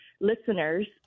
listeners